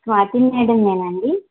హసిని మ్యాడమేనా అండి